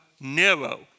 Nero